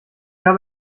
habe